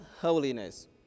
holiness